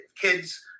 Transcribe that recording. kids